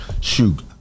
Shoot